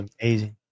amazing